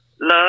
Love